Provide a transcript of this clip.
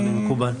מקובל.